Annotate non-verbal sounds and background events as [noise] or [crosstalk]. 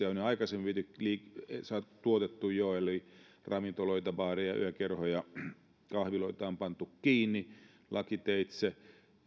[unintelligible] on jo aikaisemmin tuotettu jo eli ravintoloita baareja yökerhoja kahviloita on pantu kiinni lakiteitse